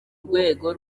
rwego